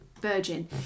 virgin